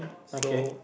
okay